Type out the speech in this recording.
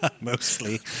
Mostly